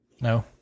No